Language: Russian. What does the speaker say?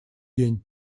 день